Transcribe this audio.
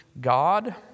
god